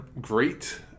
great